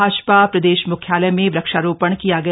भाजपा प्रदेश मुख्यालय में वक्षारोपण किया गया